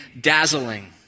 dazzling